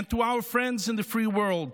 To our friends in the free world,